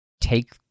take